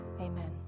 Amen